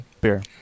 beer